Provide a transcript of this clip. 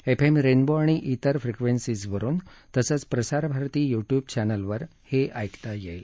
FM rainbow आणि विजर फ्रिक्वेन्सीजवरुन तसंच प्रसारभारती यूटयूब चॅनलवर हे ऐकता येईल